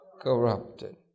corrupted